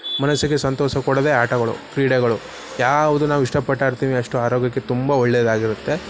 ಮನಸ್ಸಿಗೆ ಸಂತೋಷ ಕೊಡೋದೆ ಆಟಗಳು ಕ್ರೀಡೆಗಳು ಯಾವುದು ನಾವು ಇಷ್ಟಪಟ್ಟು ಆಡ್ತೀನಿ ಅಷ್ಟು ಆರೋಗ್ಯಕ್ಕೆ ತುಂಬ ಒಳ್ಳೆಯದಾಗಿರುತ್ತೆ